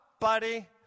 buddy